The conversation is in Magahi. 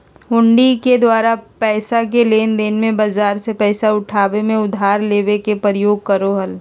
हुंडी के द्वारा पैसा के लेनदेन मे, बाजार से पैसा उठाबे मे, उधार लेबे मे प्रयोग करो हलय